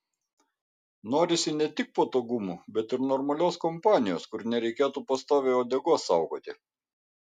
norisi ne tik patogumų bet ir normalios kompanijos kur nereikėtų pastoviai uodegos saugoti